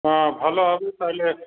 হ্যাঁ ভালো হবে তাহলে